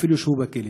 אפילו שהוא בכלא.